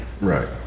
Right